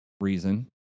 reason